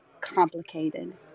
complicated